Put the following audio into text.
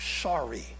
sorry